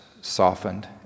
softened